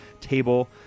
table